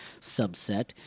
subset